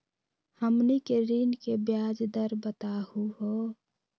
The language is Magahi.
हमनी के ऋण के ब्याज दर बताहु हो?